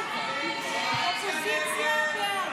ההסתייגויות